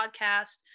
podcast